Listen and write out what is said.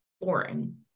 boring